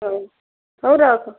ହଉ ହଉ ରଖ